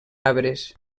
arbres